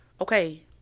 Okay